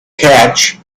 catch